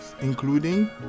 including